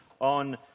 on